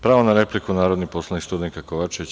Pravo na repliku, narodni poslanik Studenka Kovačević.